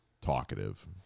talkative